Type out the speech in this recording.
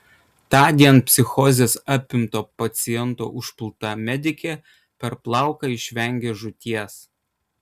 tądien psichozės apimto paciento užpulta medikė per plauką išvengė žūties